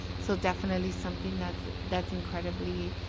so definitely something that's that's incredibly,